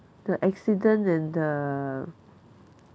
the accident and the